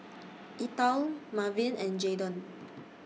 Ethyle Marvin and Jaydon